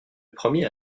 premier